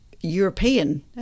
European